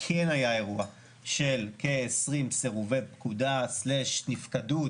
כן היה אירוע של כ-20 סירובי פקודה / נפקדות